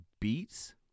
beats